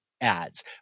ads